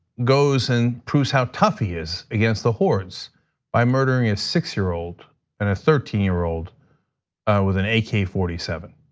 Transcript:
goes and proves how tough he is against the hordes by murdering his six year old and a thirteen year old with an a k four seven.